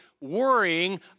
worrying